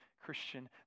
Christian